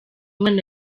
umwana